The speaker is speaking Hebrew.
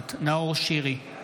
נוכחת נאור שירי,